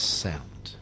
sound